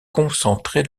concentrée